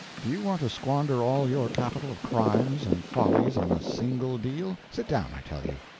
do you want to squander all your capital of crimes and follies on a single deal? sit down, i tell you.